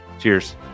Cheers